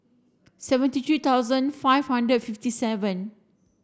seventy three thousand five hundred fifty seven